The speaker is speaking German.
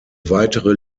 weitere